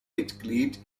mitglied